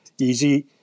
Easy